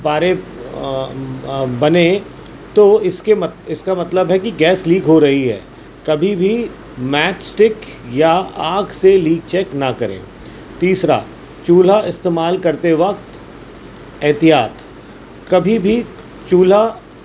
بارے بنیں تو اس کے مت اس کا مطلب ہے کہ گیس لیک ہو رہی ہے کبھی بھی میچ اسٹک یا آگ سے لیک چیک نہ کریں تیسرا چولہا استعمال کرتے وقت احتیاط کبھی بھی چولہا